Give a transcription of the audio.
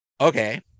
Okay